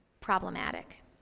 problematic